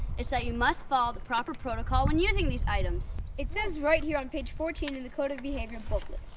it's that you must follow the proper protocol when using these items. it says right here on page fourteen in the code of behavior booklet,